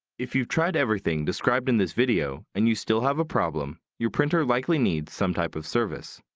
if you've tried everything described in this video and you still have a problem, your printer likely needs some type of service.